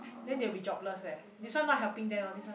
then they will be jobless leh this one not helping them uh this one